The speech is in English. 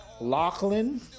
lachlan